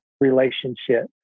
relationship